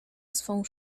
swą